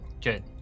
good